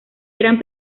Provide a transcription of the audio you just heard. eran